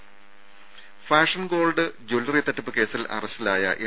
രുര fashion gold jewellery തട്ടിപ്പ് കേസിൽ അറസ്റ്റിലായ എം